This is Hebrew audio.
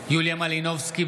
מלינובסקי,